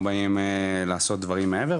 לא באים לעשות דברים מעבר,